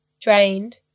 drained